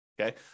okay